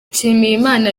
nshimiyimana